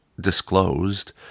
Disclosed